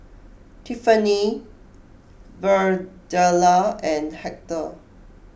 Tiffani Birdella and Hector